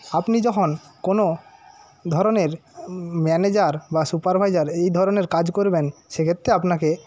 আপনি যখন কোন ধরনের ম্যানেজার বা সুপারভাইজার এই ধরনের কাজ করবেন সেক্ষেত্রে আপনাকে